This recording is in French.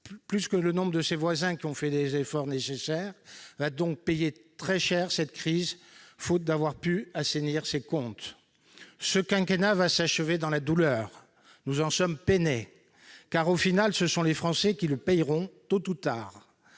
plus que nombre de ses voisins qui ont fait les efforts nécessaires, va donc payer très cher cette crise, faute d'avoir pu assainir ses comptes. Ce quinquennat va s'achever dans la douleur, nous en sommes peinés. Au final, ce seront les Français qui le paieront, tôt ou tard.